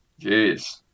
Jeez